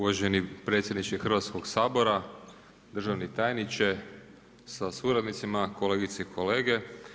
Uvaženi predsjedniče Hrvatskog sabora, državni tajniče, sa suradnicima, kolegice i kolege.